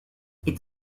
est